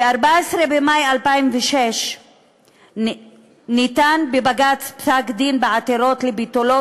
ב-14 במאי 2006 ניתן בבג"ץ פסק-דין בעתירות לביטולו